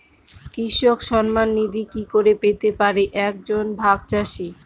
কৃষক সন্মান নিধি কি করে পেতে পারে এক জন ভাগ চাষি?